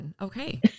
Okay